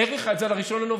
האריכה את זה עד 1 בנובמבר.